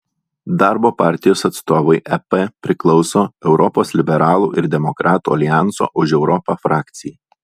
darbo partijos atstovai ep priklauso europos liberalų ir demokratų aljanso už europą frakcijai